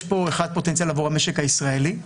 יש פה פוטנציאל עבור המשק הישראלי,